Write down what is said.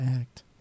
act